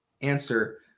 answer